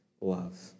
love